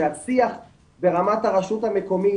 שהשיח ברמת הרשות המקומית